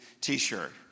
T-shirt